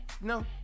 No